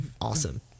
awesome